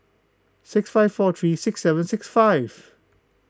six five four three six seven six five